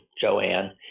Joanne